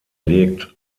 legt